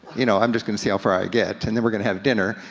you know, i'm just gonna see how far i get, and then we're gonna have dinner,